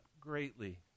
greatly